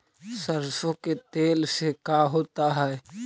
सरसों के तेल से का होता है?